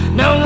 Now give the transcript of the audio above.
no